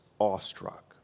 awestruck